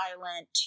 violent